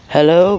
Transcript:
Hello